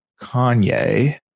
Kanye